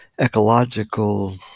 ecological